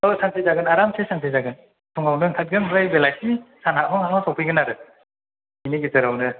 औ सानसे जागोन आरामसे सानसे जागोन फुङावनो ओंखारगोन ओमफ्राय बेलासि सान हाबहां हाबहांबा सौफैगोन आरो बिनि गेजेरावनो